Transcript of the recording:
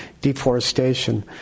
deforestation